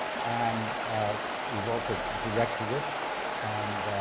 and you've also directed it and